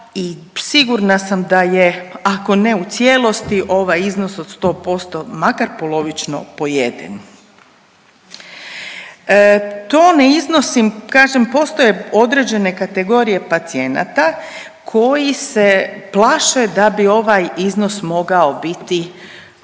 sigurna sam, ako ne u cijelosti, ovaj iznos od 100%, makar polovično, pojeden. To ne iznosim, kažem, postoje određene kategorije pacijenata koji se plaše da bi ovaj iznos mogao biti